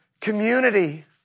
community